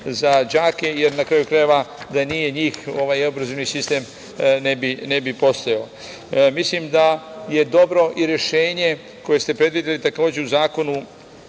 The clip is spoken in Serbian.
za đake, jer, na kraju krajeva, da nije njih ovaj obrazovni sistem ne bi postojao. Mislim da je dobro i rešenje koje ste predvideli, takođe u Predlogu